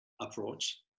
approach